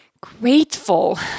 grateful